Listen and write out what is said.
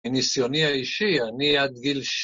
מניסיוני האישי, אני עד גיל שתי.